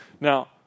Now